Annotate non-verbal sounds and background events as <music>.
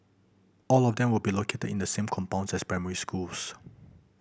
all of them will be located in the same compounds as primary schools <noise>